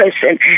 person